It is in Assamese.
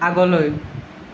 আগলৈ